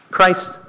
Christ